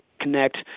connect